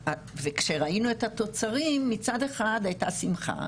כשראינו את התוצרים, מצד אחד הייתה שמחה